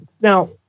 now